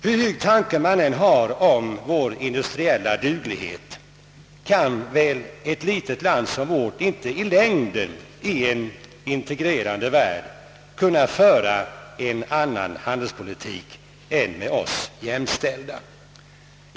Hur hög tanke man än har om vår industriella duglighet kan väl ett litet land som vårt i en integrerande värld i längden inte föra en annan handelspolitik än med oss jämställda länder.